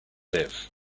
live